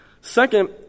Second